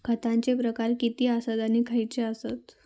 खतांचे प्रकार किती आसत आणि खैचे आसत?